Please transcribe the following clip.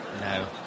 No